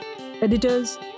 editors